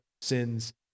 sins